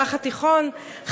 במזרח התיכון,